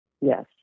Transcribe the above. Yes